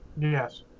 Yes